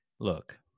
Look